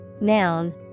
noun